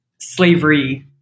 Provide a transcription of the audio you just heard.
slavery